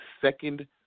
second